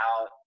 out